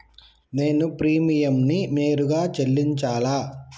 నేను ప్రీమియంని నేరుగా చెల్లించాలా?